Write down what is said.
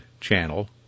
channel